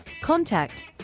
Contact